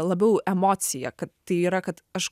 labiau emocija kad tai yra kad aš